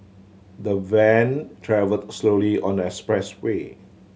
the van travelled slowly on their expressway